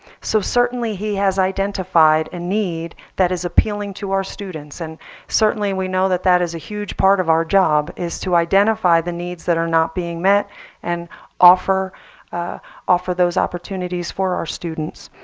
so certainly he has identified a need that is appealing to our students. and certainly we know that that is a huge part of our job is to identify the needs that are not being met and offer offer those opportunities for our students.